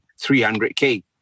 300k